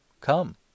come